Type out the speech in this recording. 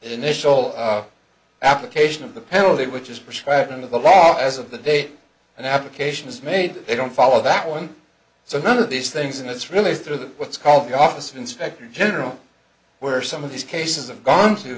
initial application of the penalty which is prescribed under the law as of the date an application is made they don't follow that one so none of these things and it's really through the what's called the office of inspector general where some of these cases i'm gone to